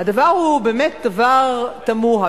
הדבר הוא באמת דבר תמוה.